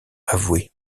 avoué